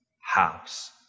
house